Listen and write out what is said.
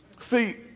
See